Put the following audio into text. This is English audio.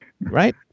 Right